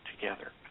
together